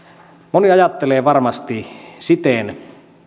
moni ajattelee varmasti siten